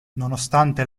nonostante